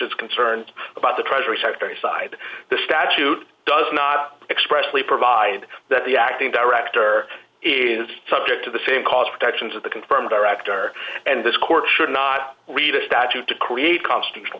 is concerned about the treasury secretary side the statute does not expressly provide that the acting director is subject to the same cause protections of the confirmed director and this court should not read a statute to create constitutional